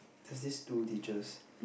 there's these two teachers